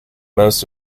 most